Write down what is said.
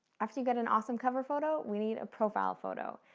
after you get an awesome cover photo, we need a profile photo.